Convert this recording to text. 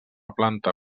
planta